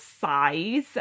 size